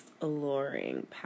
alluring